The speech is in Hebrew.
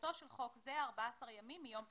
תחילתו של חוק זה 14 ימים מיום פרסומו.